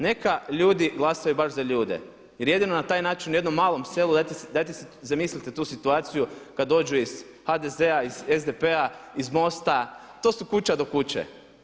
Neka ljudi glasaju baš za ljude jer jedino na taj način u jednom malom selu, dajte si zamislite tu situaciju kad dođe iz HDZ-a, iz SDP-a, iz MOST-a, to su kuća do kuće.